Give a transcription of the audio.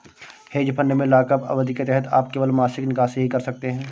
hedge fund में lockup अवधि के तहत आप केवल मासिक निकासी ही कर सकते हैं